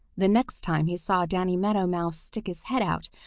the next time he saw danny meadow mouse stick his head out,